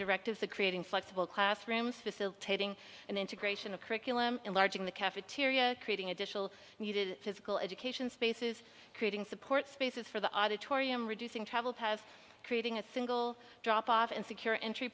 directives the creating flexible classrooms facilitating and integration of curriculum enlarging the cafeteria creating additional needed physical education spaces creating support spaces for the auditorium reducing travel paths creating a single drop off and secure entry